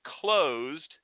closed